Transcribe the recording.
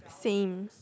same